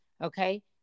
okay